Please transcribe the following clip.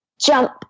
jump